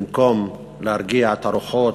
במקום להרגיע את הרוחות,